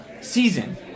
season